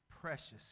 precious